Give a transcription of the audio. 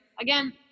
Again